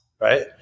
right